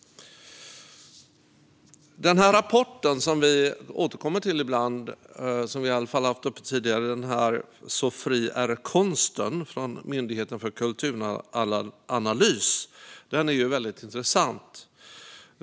Det finns en rapport som vi återkommer till ibland, och som vi har haft uppe i debatten tidigare. Den heter Så fri är konsten och är gjord av Myndigheten för kulturanalys. Den är väldigt intressant.